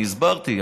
אני הסברתי,